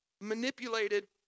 manipulated